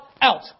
out